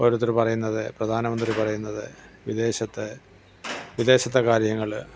ഓരോരുത്തർ പറയുന്നത് പ്രധാനമന്ത്രി പറയുന്നത് വിദേശത്ത് വിദേശത്തെ കാര്യങ്ങൾ